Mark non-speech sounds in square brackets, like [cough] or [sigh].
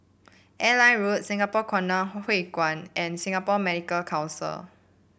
Airline Road Singapore [unintelligible] Hui Kuan and Singapore Medical Council